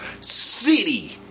city